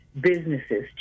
businesses